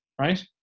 Right